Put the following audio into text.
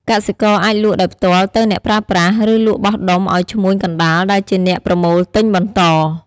កសិករអាចលក់ដោយផ្ទាល់ទៅអ្នកប្រើប្រាស់ ឬលក់បោះដុំឱ្យឈ្មួញកណ្ដាលដែលជាអ្នកប្រមូលទិញបន្ត។